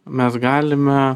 mes galime